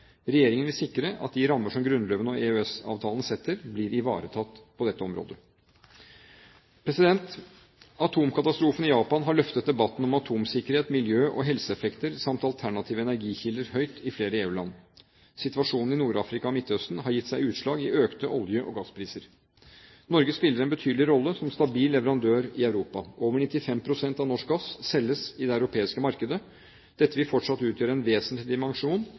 Regjeringen vil sikre at de rammer som Grunnloven og EØS-avtalen setter, blir ivaretatt på dette området. Atomkatastrofen i Japan har løftet debatten om atomsikkerhet, miljø- og helseeffekter samt alternative energikilder høyt i flere EU-land. Situasjonen i Nord-Afrika og Midtøsten har gitt seg utslag i økte olje- og gasspriser. Norge spiller en betydelig rolle som stabil leverandør i Europa. Over 95 pst. av norsk gass selges i det europeiske markedet. Dette vil fortsatt utgjøre en vesentlig dimensjon